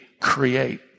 create